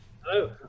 Hello